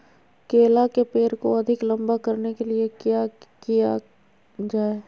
केला के पेड़ को अधिक लंबा करने के लिए किया किया जाए?